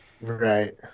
Right